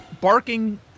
barking